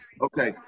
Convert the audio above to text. Okay